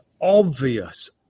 obvious